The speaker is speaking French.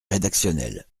rédactionnel